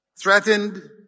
Threatened